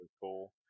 cool